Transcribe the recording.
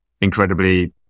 incredibly